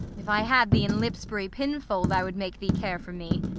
if i had thee in lipsbury pinfold, i would make thee care for me.